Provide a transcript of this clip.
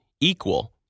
equal